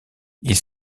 ils